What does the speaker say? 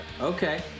Okay